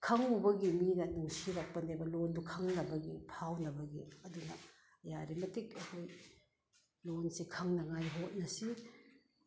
ꯈꯪꯎꯕꯒꯤ ꯃꯤꯅ ꯅꯨꯡꯁꯤꯔꯛꯄꯅꯦꯕ ꯂꯣꯟꯗꯨ ꯈꯪꯅꯕꯒꯤ ꯐꯥꯎꯅꯕꯒꯤ ꯑꯗꯨꯅ ꯌꯥꯔꯤꯃꯇꯤꯛ ꯑꯩꯈꯣꯏ ꯂꯣꯟꯁꯤ ꯈꯪꯅꯉꯥꯏ ꯍꯣꯠꯅꯁꯤ